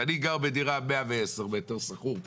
ואני גר בדירה 110 מטר שכור.